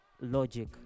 logic